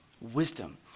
Wisdom